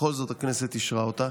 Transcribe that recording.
ובכל זאת הכנסת אישרה אותה.